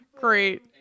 great